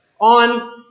on